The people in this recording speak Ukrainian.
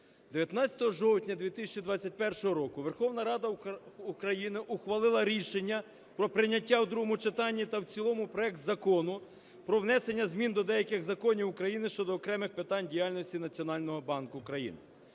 19 жовтня 2021 року Верховна Рада України ухвалила рішення про прийняття у другому читанні та в цілому проекту Закону "Про внесення змін до деяких законів України щодо окремих питань діяльності Національного банку України".